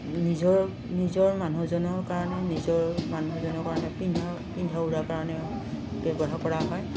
নিজৰ নিজৰ মানুহজনৰ কাৰণে নিজৰ মানুহজনৰ কাৰণে পিন্ধা পিন্ধা উৰাৰ কাৰণেও ব্যৱহাৰ কৰা হয়